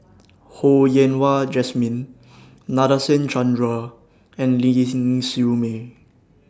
Ho Yen Wah Jesmine Nadasen Chandra and Siew May